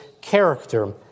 character